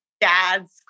dad's